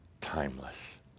timeless